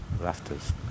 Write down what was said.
rafters